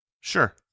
Sure